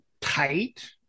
tight